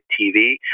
TV